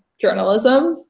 journalism